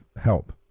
Help